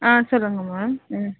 ஆ சொல்லுங்கள் மேம் ம்